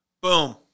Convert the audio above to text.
Boom